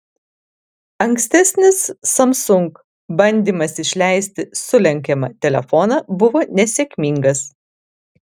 ankstesnis samsung bandymas išleisti sulenkiamą telefoną buvo nesėkmingas